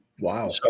Wow